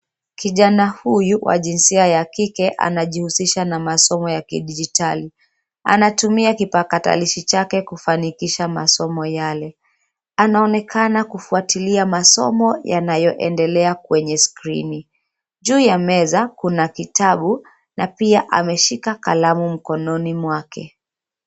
Kijana huyu wa jinsia ya kike anajihushisha na masomo ya kidijitali. Anatumia kipakatarishi chake kufanikisha masoma yale. Anaonekana kufuatilia masomo yanayoendelea kwenye skirini. Juu ya meza kuna kitabu na pia ameshika kalamu mkononi mwake.